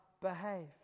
behave